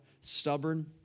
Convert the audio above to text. stubborn